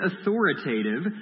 authoritative